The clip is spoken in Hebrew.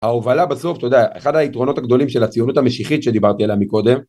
ההובלה בסוף אתה יודע אחד היתרונות הגדולים של הציונות המשיחית שדיברתי עליה מקודם